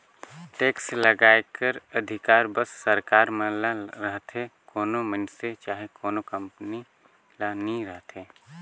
tax लगाए कर अधिकार बस सरकार मन ल रहथे कोनो मइनसे चहे कोनो कंपनी ल नी रहें